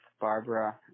Barbara